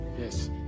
Yes